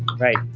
right,